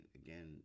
again